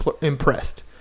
impressed